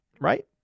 right